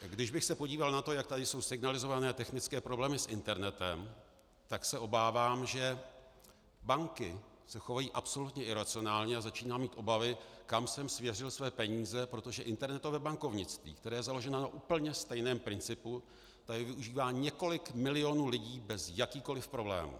Když bych se podíval na to, jak tady jsou signalizovány technické problémy s internetem, tak se obávám, že banky se chovají absolutně iracionálně, a začínám mít obavy, kam jsem svěřil své peníze, protože internetové bankovnictví, které je založeno na úplně stejném principu, tady využívá několik milionů lidí bez jakýchkoliv problémů.